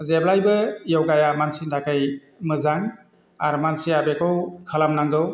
जेब्लायबो योगाया मानसिनि थाखाय मोजां आरो मानसिया बेखौ खालामनांगौ